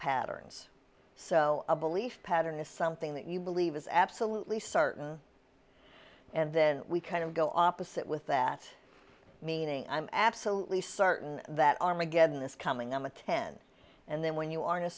patterns so a belief pattern is something that you believe is absolutely certain and then we kind of go opposite with that meaning i'm absolutely certain that armageddon this coming on the ten and then when you are in a